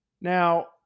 Now